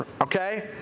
okay